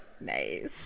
Nice